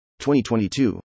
2022